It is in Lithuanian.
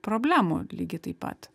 problemų lygiai taip pat